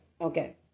Okay